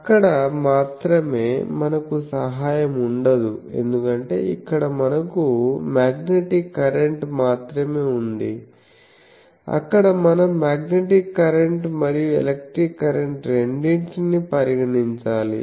అక్కడ మాత్రమే మనకు సహాయం ఉండదు ఎందుకంటే ఇక్కడ మనకు మ్యాగ్నెటిక్ కరెంట్ మాత్రమే ఉంది అక్కడ మనం మ్యాగ్నెటిక్ కరెంట్ మరియు ఎలక్ట్రిక్ కరెంట్ రెండింటినీ పరిగణించాలి